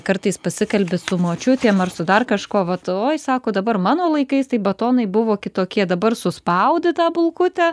kartais pasikalbi su močiutėm ar su dar kažkuo vat oi sako dabar mano laikais tai batonai buvo kitokie dabar suspaudi tą bulkutę